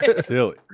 Silly